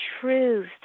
truth